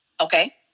okay